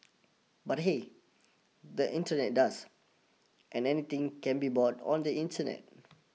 but hey the Internet does and anything can be bought on the Internet